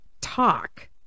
talk